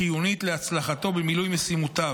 חיונית להצלחתו במילוי משימותיו.